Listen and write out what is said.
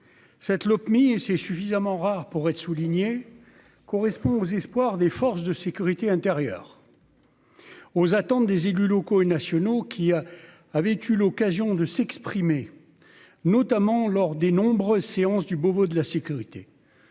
cette 7 Lopmi et c'est suffisamment rare pour être souligné, correspond aux espoirs des forces de sécurité intérieure, aux attentes des élus locaux et nationaux, qui avait eu l'occasion de s'exprimer, notamment lors des nombreuses séances du Beauvau de la sécurité.